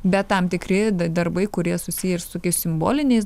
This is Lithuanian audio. bet tam tikri darbai kurie susiję ir su simboliniais